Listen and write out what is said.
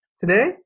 today